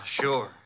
sure